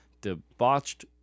debauched